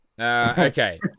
Okay